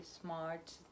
smart